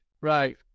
right